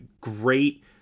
great